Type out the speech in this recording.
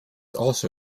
also